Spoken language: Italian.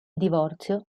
divorzio